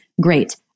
Great